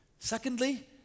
Secondly